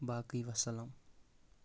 باقٕے وسلام